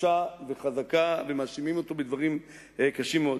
קשה וחזקה, ומאשימים אותו בדברים קשים מאוד.